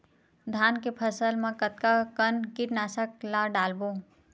धान के फसल मा कतका कन कीटनाशक ला डलबो?